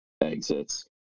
exits